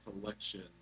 collection